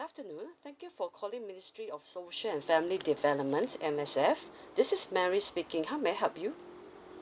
afternoon thank you for calling ministry of social and family developments M_S_F this is mary speaking how may I help you